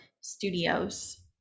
studios